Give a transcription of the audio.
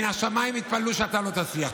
מן השמיים התפללו שאתה לא תצליח.